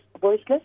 voiceless